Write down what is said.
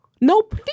nope